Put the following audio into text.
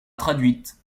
traduite